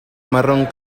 marrón